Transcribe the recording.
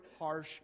harsh